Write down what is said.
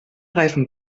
reifen